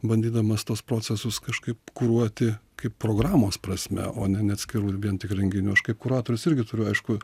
bandydamas tuos procesus kažkaip kuruoti kaip programos prasme o ne ne atskirų ir vien tik renginių aš kaip kuratorius irgi turiu aišku